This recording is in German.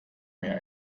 mir